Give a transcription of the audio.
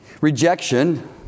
Rejection